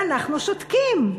ואנחנו שותקים.